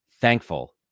thankful